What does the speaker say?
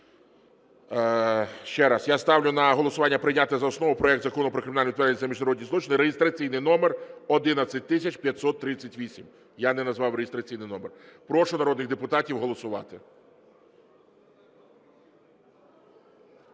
Ще раз. Я ставлю на голосування прийняти за основу проект Закону про кримінальну відповідальність за міжнародні злочини (реєстраційний номер 11538). Я не назвав реєстраційний номер. Прошу народних депутатів голосувати.